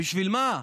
בשביל מה?